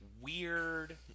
weird